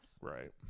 Right